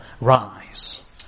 rise